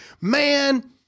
man